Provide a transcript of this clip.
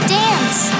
dance